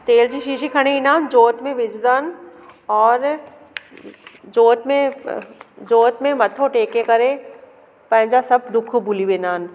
तेल जी शीशी खणी ईंदा आहिनि जोत में विझंदा आहिनि ओर जोत में जोत में मथो टेके करे पंहिंजा सभु दुख़ भुली वेंदा आहिनि